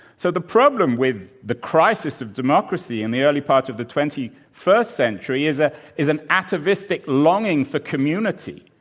so, the problem with the crisis of democracy in the early part of the twenty first century is ah is an atavistic longing for community,